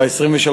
ב-23